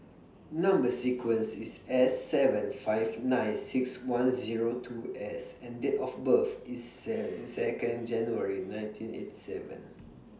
Number sequence IS S seven five nine six one Zero two S and Date of birth IS sell Second January nineteen eighty seven